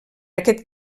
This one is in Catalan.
aquest